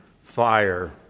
Fire